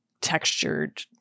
textured